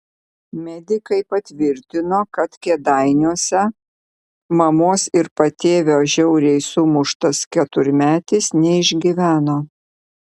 medikai patvirtino kad kėdainiuose mamos ir patėvio žiauriai sumuštas keturmetis neišgyveno